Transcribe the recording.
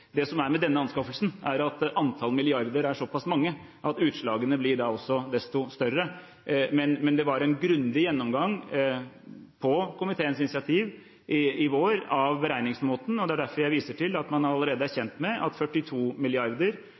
Det som er med denne anskaffelsen, er at antall milliarder er såpass mange at utslagene blir da også desto større. Men det var en grundig gjennomgang på komiteens initiativ i vår av beregningsmåten, og det er derfor jeg viser til at man allerede er kjent med at 42